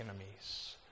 enemies